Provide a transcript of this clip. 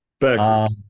Back